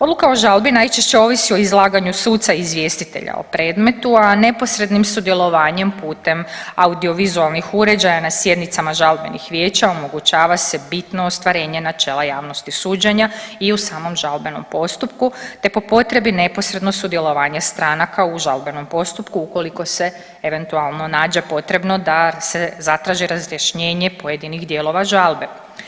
Odluka o žalbi najčešće ovisi o izlaganju suca izvjestitelja o predmetu, a neposrednim sudjelovanjem putem audio vizualnih uređaja na sjednicama žalbenih vijeća omogućava se bitno ostvarenje načela javnosti suđenja i u samom žalbenom postupku te po potrebi neposredno sudjelovanje stranaka u žalbenom postupku ukoliko se eventualno nađe potrebno da se zatraži razjašnjenje pojedinih dijelova žalbe.